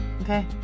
Okay